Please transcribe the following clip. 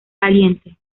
caliente